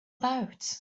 about